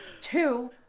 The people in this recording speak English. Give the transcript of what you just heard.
Two